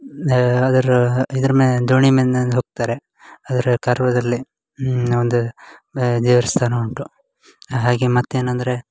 ಅದರ ಹ ಇದ್ರ ಮೇಲೆ ದೋಣಿ ಮೆಂದಂದ್ ಹೋಗ್ತಾರೆ ಅದರ ಕಾರ್ವಾರದಲ್ಲಿ ಒಂದು ದೇವಸ್ಥಾನ ಉಂಟು ಹಾಗೆ ಮತ್ತೇನು ಅಂದರೆ